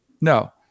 No